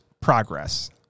progress